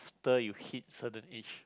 you hit certain age